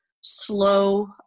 slow